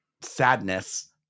Sadness